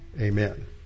Amen